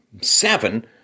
seven